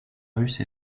russe